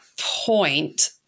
point